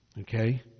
Okay